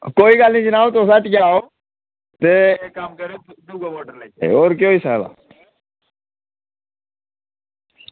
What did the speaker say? कोई गल्ल निं जनाब तुस हट्टिया आएओ ते इक्क कम्म करेओ दूआ मॉडल लेई जाएओ होर केह् होई सकदा